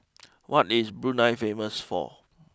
what is Brunei famous for